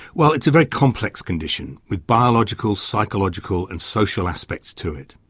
well it's a very complex condition with biological psychological and social aspects to it.